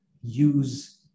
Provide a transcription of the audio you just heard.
use